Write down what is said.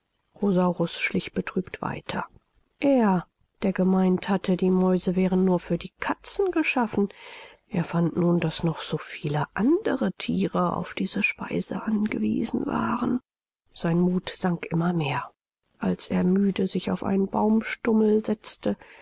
schlich betrübt weiter er der gemeint hatte die mäuse wären nur für die katzen geschaffen er fand nun daß noch so viele andere thiere auf diese speise angewiesen waren sein muth sank immer mehr als er müde sich auf einen baumstummel setzte